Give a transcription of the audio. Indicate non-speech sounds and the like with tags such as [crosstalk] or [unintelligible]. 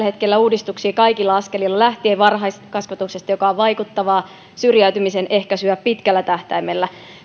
[unintelligible] hetkellä uudistuksia kaikilla askelilla lähtien varhaiskasvatuksesta joka on vaikuttavaa syrjäytymisen ehkäisyä pitkällä tähtäimellä